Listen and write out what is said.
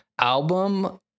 album